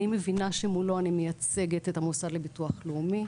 אני מבינה שמולו אני מייצגת את המוסד לביטוח לאומי.